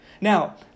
Now